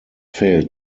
failed